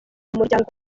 muryango